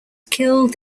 killed